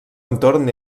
entorn